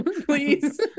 Please